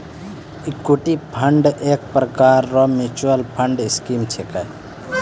equity fund एक प्रकार रो मिच्युअल फंड स्कीम छिकै